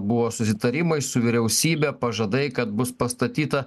buvo susitarimai su vyriausybe pažadai kad bus pastatyta